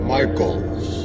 Michaels